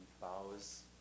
bows